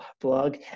blog